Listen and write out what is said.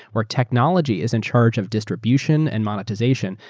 where technology is in charge of distribution and monetization,